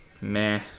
Meh